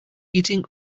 eating